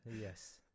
yes